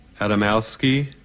Adamowski